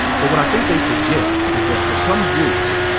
but what i think they forget is that for some groups,